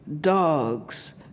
dogs